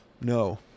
No